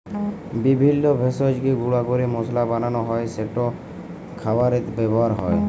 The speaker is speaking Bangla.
বিভিল্য ভেষজকে গুঁড়া ক্যরে মশলা বানালো হ্যয় যেট খাবারে ব্যাবহার হ্যয়